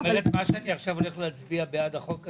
מה שאני עכשיו הולך להצביע בעד החוק הזה,